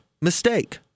mistake